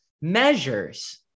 measures